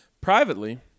Privately